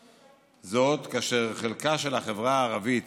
זאת, כאשר חלקה של החברה הערבית